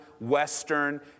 western